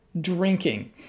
drinking